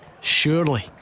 Surely